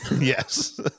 Yes